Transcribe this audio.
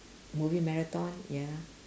movie marathon ya